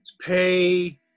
pay